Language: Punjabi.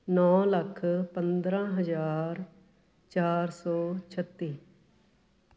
ਨੌ ਲੱਖ ਪੰਦਰ੍ਹਾਂ ਹਜ਼ਾਰ ਚਾਰ ਸੌ ਛੱਤੀ